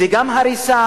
זה גם הריסה,